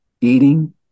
eating